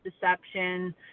deception